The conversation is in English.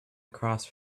across